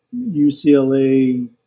UCLA